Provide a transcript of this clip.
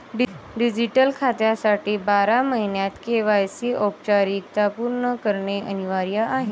digital खात्यासाठी बारा महिन्यांत के.वाय.सी औपचारिकता पूर्ण करणे अनिवार्य आहे